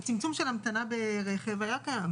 הצמצום של המתנה ברכב היה קיים.